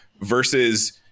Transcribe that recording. versus